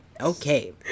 Okay